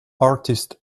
artist